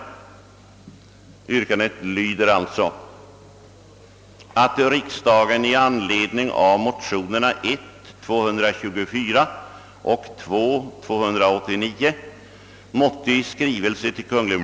Jag yrkar alltså att hemställan i reservationen på sid. 15 i utskottets utlåtande får följande lydelse: